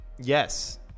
Yes